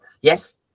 Yes